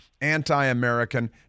anti-American